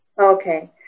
Okay